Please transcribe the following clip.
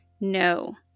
No